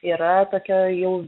yra tokie jau